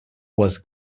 was